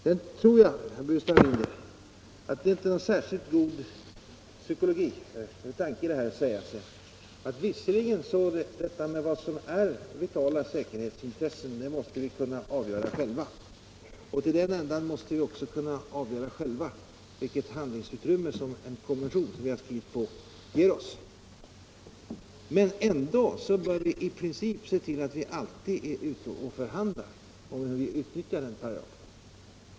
Sedan, herr Burenstam Linder, tror jag inte att det är någon särskilt god tanke att säga att vi visserligen själva måste avgöra vad som är ett vitalt säkerhetsintresse och vilket handlingsutrymme den konvention vi skrivit på ger oss men att vi ändå i princip alltid bör se till att vi är ute och förhandlar om hur denna paragraf skall utnyttjas.